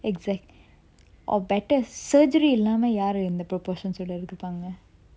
exactly oh better surgery இல்லாம யாரும் எந்த:illama yarum entha proportions ஓட எடுத்துப்பாங்க:oda eduthupanga